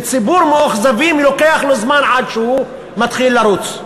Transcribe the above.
וציבור מאוכזבים, לוקח לו זמן עד שהוא מתחיל לרוץ.